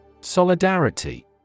Solidarity